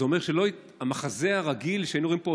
זה אומר שהמחזה הרגיל שהיינו רואים פה,